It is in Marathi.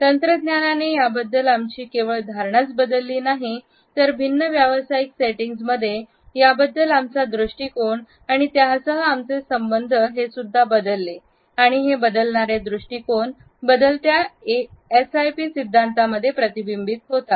तंत्रज्ञानाने याबद्दल आमची केवळ धरणाच बदलली नाही तर भिन्न व्यावसायिक सेटिंग्ज मध्ये त्याबद्दल आमचा दृष्टीकोन आणि त्यासह आमचे संबंध हे सुद्धा बदलले आणि हे बदलणारे दृष्टीकोन बदलत्या एसआयपी सिद्धांतांमध्ये प्रतिबिंबित होतात